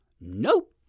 Nope